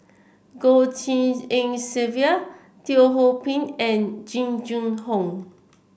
Goh Tshin En Sylvia Teo Ho Pin and Jing Jun Hong